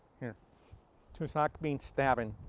yeah tusok means stabbing,